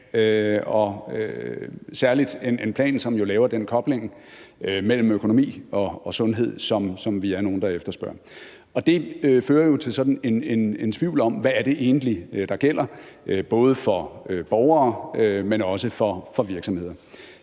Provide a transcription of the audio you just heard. og særlig en plan, som laver den kobling mellem økonomi og sundhed, som vi er nogle der efterspørger. Og det fører jo til sådan en tvivl om, hvad det egentlig er, der gælder, både for borgere, men også for virksomheder.